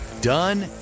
done